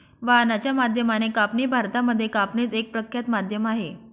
वाहनाच्या माध्यमाने कापणी भारतामध्ये कापणीच एक प्रख्यात माध्यम आहे